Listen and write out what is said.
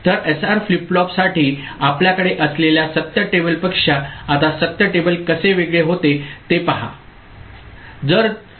तर SR flip flop साठी आपल्याकडे असलेल्या सत्य टेबलपेक्षा आता सत्य टेबल कसे वेगळे होते ते पाह ओके